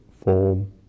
form